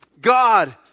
God